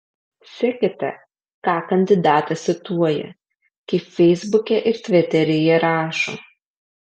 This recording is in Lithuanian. sekite ką kandidatas cituoja kaip feisbuke ir tviteryje rašo